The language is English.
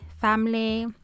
family